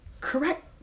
Correct